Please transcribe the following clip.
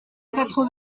quatre